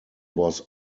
was